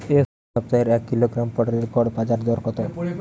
এ সপ্তাহের এক কিলোগ্রাম পটলের গড় বাজারে দর কত?